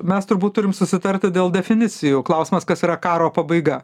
mes turbūt turim susitarti dėl definicijų klausimas kas yra karo pabaiga